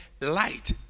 light